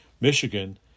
Michigan